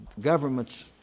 government's